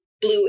blue